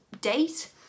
date